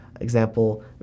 Example